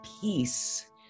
peace